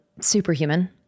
Superhuman